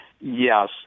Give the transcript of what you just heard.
Yes